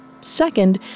Second